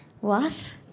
What